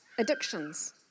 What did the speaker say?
Addictions